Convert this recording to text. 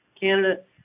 candidate